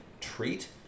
treat